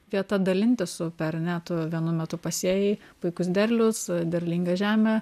vieta dalintis su per ne tu vienu metu pasėjai puikus derlius derlinga žemė